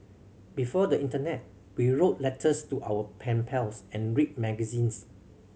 before the internet we wrote letters to our pen pals and read magazines